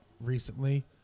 recently